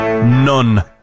None